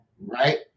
Right